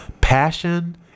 passion